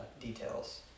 details